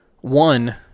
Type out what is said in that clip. one